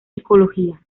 ecología